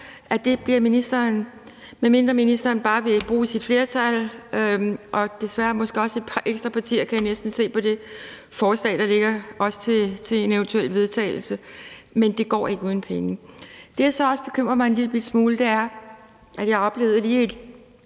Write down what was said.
det bare på forhånd, medmindre ministeren bare vil bruge sit flertal og desværre måske også et par ekstra partier – kan jeg næsten se på det forslag til vedtagelse, der ligger, og som eventuelt bliver vedtaget. Det går ikke uden penge. Det, der så også bekymrer mig en lillebitte smule, er, at jeg lige oplevede en